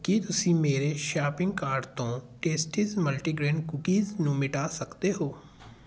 ਕੀ ਤੁਸੀਂ ਮੇਰੇ shopping cart ਤੋਂ ਟੇਸਟੀਜ਼ ਮਲਟੀਗ੍ਰੇਨ ਕੂਕੀਜ਼ ਨੂੰ ਮਿਟਾ ਸਕਦੇ ਹੋ